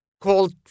called